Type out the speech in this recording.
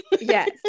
Yes